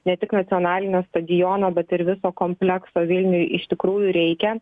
ne tik nacionalinio stadiono bet ir viso komplekso vilniuje iš tikrųjų reikia